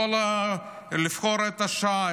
לבחור את השעה,